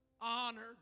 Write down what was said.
honor